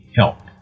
help